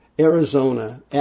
Arizona